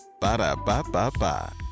Ba-da-ba-ba-ba